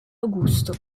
augusto